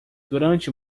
durante